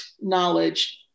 knowledge